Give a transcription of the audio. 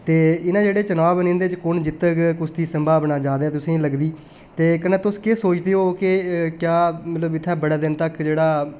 ते इ'नें जेह्ड़े चुनाव न इन्दे च कु'न जित्तग कुसदी संभावना ज्यादा तुसेंगी लगदी ते कन्नै तुस केह् सोचदे हो के क्या मतलब इत्थै बड़े दिन तक जेह्ड़ा